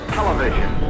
Television